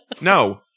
No